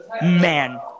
Man